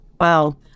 Wow